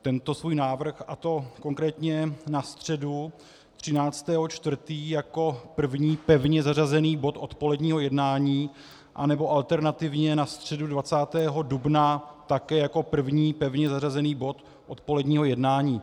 Tento svůj návrh a to konkrétně na středu 13. 4. jako první pevně zařazený bod odpoledního jednání, anebo alternativně na středu 20. dubna také jako první pevně zařazený bod odpoledního jednání.